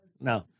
No